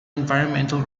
environmental